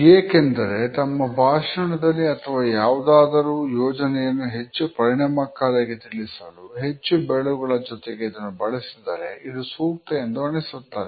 ಏಕೆಂದರೆ ತಮ್ಮ ಭಾಷಣದಲ್ಲಿ ಅಥವಾ ಯಾವುದಾದರೂ ಯೋಜನೆಯನ್ನು ಹೆಚ್ಚು ಪರಿಣಾಮಕಾರಿಯಾಗಿ ತಿಳಿಸಲು ಹೆಚ್ಚು ಬೆರಳುಗಳ ಜೊತೆಗೆ ಇದನ್ನು ಬಳಸಿದರೆ ಇದು ಸೂಕ್ತ ಎಂದು ಅನಿಸುತ್ತದೆ